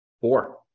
Four